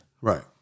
Right